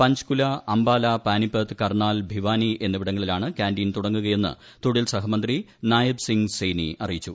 പഞ്ച്കുല അംബാല പാനിപ്പത്ത് കർണാൽ ഭിവാനി എന്നിവിടങ്ങളിലാണ് ക്യാന്റീൻ തുടങ്ങുകയെന്ന് തൊഴിൽ സഹമന്ത്രി നായബ് സിങ് സെയ്നി അറിയിച്ചു